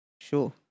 Sure